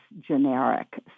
generic